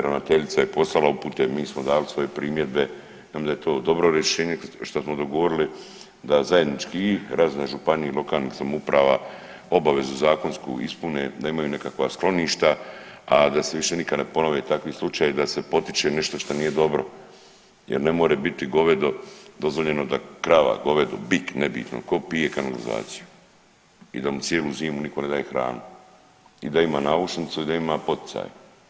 Ravnateljica je poslala upute, mi smo dali svoje primjedbe i onda je to dobro rješenje što smo dogovorili da zajednički i razine županije i lokalnih samouprava obavezu zakonsku ispune, da imaju nekakva skloništa, a da se više nikada ne ponove takvi slučajevi da se potiče nešto šta nije dobro jer ne more biti govedo dozvoljeno da krava govedu, bik nebitno ko pije kanalizaciju i da mu cijelu zimu niko ne daje hranu i da ima naušnicu i da ima poticaje.